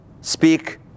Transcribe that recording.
speak